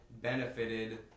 benefited